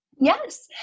Yes